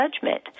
judgment